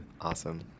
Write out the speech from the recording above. Awesome